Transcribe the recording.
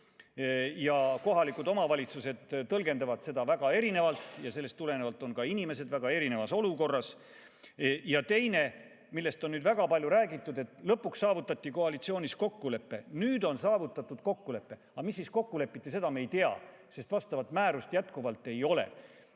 Kohalikud omavalitsused tõlgendavad seda väga erinevalt ja sellest tulenevalt on ka inimesed väga erinevas olukorras. Teine, millest on väga palju räägitud, on see, et lõpuks saavutati koalitsioonis kokkulepe, nüüd on saavutatud kokkulepe. Aga milles siis kokku lepiti, seda me ei tea, sest määrust jätkuvalt ei ole.